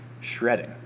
shredding